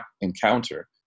encounter